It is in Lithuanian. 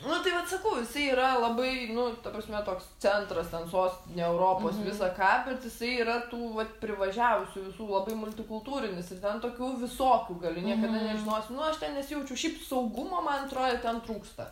nu tai vat sakau jisai yra labai nu ta prasme toks centras ten sostinė europos visa ką bet jisai yra tų vat privažiavusių visų labai multikultūrinis ir ten tokių visokių gali niekada nežinosi nu aš ten nesijaučiu šiaip saugumo man atro jie ten trūksta